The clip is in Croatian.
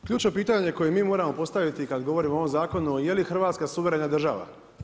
Ključno pitanje, koje mi moramo postaviti, kada govorimo o ovom zakonu, je li Hrvatska suvremena država?